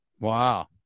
Wow